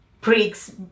Pricks